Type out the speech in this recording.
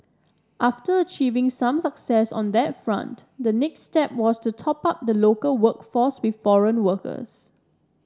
after achieving some success on that front the next step was to top up the local workforce with foreign workers